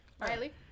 riley